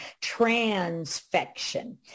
transfection